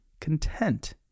content